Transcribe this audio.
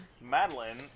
madeline